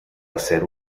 hacer